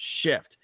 Shift